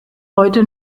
heute